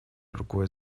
рукой